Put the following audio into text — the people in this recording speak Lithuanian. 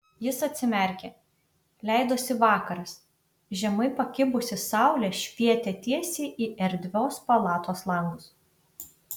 jis atsimerkė leidosi vakaras žemai pakibusi saulė švietė tiesiai į erdvios palatos langus